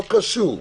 לא קשור.